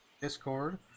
Discord